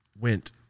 went